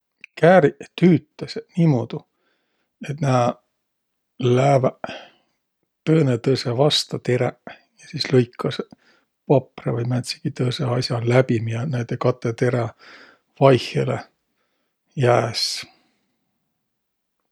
Kääriq tüütäseq niimuudu, et nä lääväq tõõnõtõõsõ vasta teräq ja sis lõikasõq paprõ vai määntsegi tõõsõ as'a läbi, miä näide katõ terä vaihõlõ jääs.